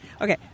okay